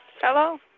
hello